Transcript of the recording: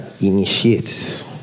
initiates